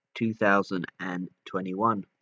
2021